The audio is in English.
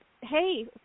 hey